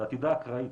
אתה תדע אקראית,